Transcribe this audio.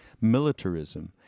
militarism